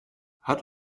hat